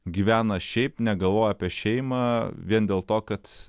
gyvena šiaip negalvoja apie šeimą vien dėl to kad